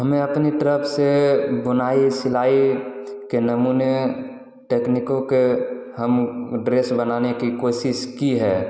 हमें अपनी तरफ से बुनाई सिलाई के नमूने टेकनिकों के हम ड्रेस बनाने की कोशिश की है